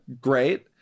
great